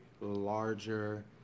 larger